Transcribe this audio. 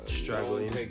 struggling